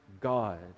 God